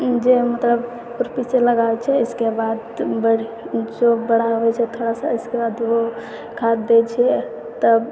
जे मतलब खुरपीसँ लगाबै छै इसके बाद बड़ जो बड़ा होइ छै थोड़ा सा इसके बाद ओ खाद दै छै तब